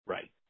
Right